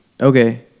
Okay